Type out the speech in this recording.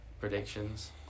predictions